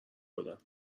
بدم